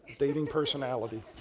dating personality.